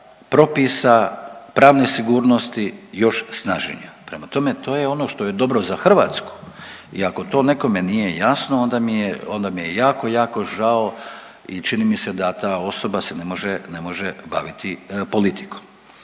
propisa, pravne sigurnosti još snažnija? Prema tome, to je ono što je dobro za Hrvatsku i ako to nekome nije jasno, onda mi je jako, jako žao i čini mi se da ta osoba se ne može, ne može baviti politikom.